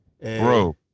Bro